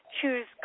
Choose